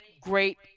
great